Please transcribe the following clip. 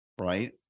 Right